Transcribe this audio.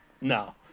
no